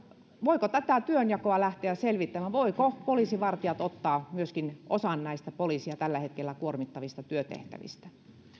voiko tätä työnjakoa lähteä selvittämään voisivatko poliisivartijat ottaa myöskin osan näistä poliisia tällä hetkellä kuormittavista työtehtävistä